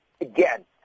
again